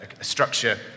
structure